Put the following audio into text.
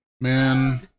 man